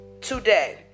today